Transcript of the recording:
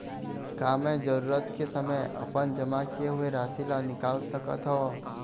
का मैं जरूरत के समय अपन जमा किए हुए राशि ला निकाल सकत हव?